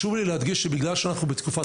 אנחנו בוועדה,